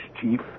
chief